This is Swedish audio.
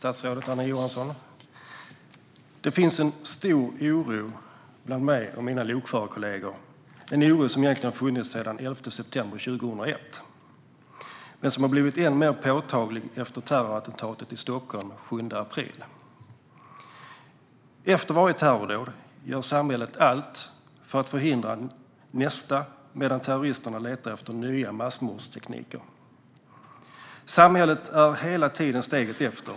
Herr talman! Det finns en stor oro hos mig och mina lokförarkollegor, en oro som egentligen har funnits sedan den 11 september 2001. Men den har blivit än mer påtaglig efter terrorattentatet i Stockholm den 7 april. Efter varje terrordåd gör samhället allt för att förhindra nästa, medan terroristerna letar efter nya massmordstekniker. Samhället är hela tiden steget efter.